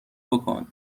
بکن